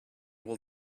will